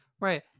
Right